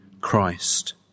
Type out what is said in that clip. Christ